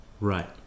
Right